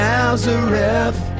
Nazareth